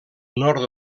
nord